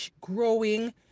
growing